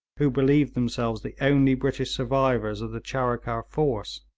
who believed themselves the only british survivors of the charikar force.